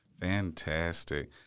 Fantastic